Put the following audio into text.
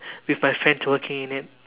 with my friends working in it